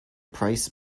price